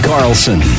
Carlson